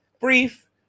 brief